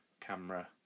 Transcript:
camera